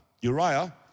Uriah